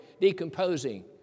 decomposing